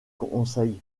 conseil